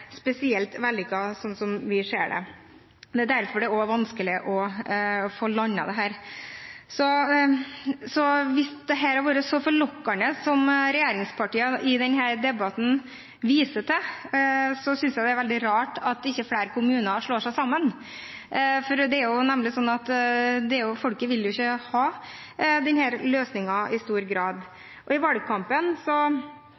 spesielt vellykket, slik vi ser det. Det er derfor det også er vanskelig å få landet dette. Hvis dette er så forlokkende som regjeringspartiene i denne debatten viser til, synes jeg det er veldig rart at ikke flere kommuner slår seg sammen. Det er nemlig sånn at folk i stor grad